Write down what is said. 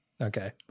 Okay